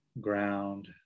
ground